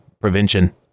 prevention